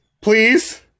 Please